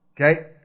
okay